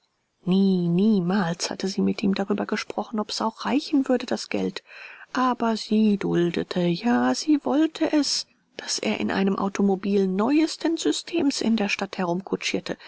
nie niemals hatte sie mit ihm darüber gesprochen ob's auch reichen würde das geld aber sie duldete ja sie wollte es daß er in einem automobil neuesten systems in der stadt